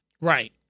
Right